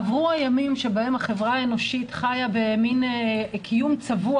עברו הימים שבהם החברה האנושית חיה במין קיום צבוע,